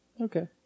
Okay